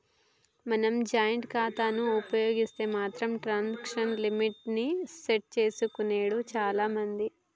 మనం జాయింట్ ఖాతాను ఉపయోగిస్తే మాత్రం ట్రాన్సాక్షన్ లిమిట్ ని సెట్ చేసుకునెడు చాలా మంచిది